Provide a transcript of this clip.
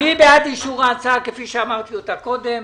מי בעד אישור ההצעה כפי שאמרתי קודם?